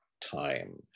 time